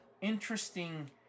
interesting